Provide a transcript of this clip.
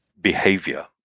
behavior